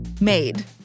made